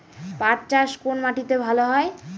পাট চাষ কোন মাটিতে ভালো হয়?